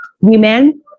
Women